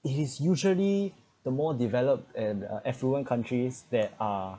it is usually the more developed and affluent countries that are